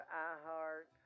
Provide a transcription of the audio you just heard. iheart